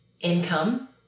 income